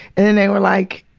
and and they were like,